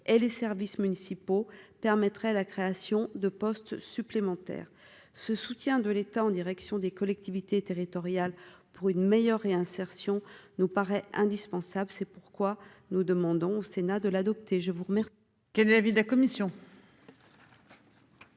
et les services municipaux permettrait la création de postes supplémentaires ce soutien de l'État en direction des collectivités territoriales pour une meilleure réinsertion nous paraît indispensable, c'est pourquoi nous demandons au Sénat de l'adopter, je vous remercie.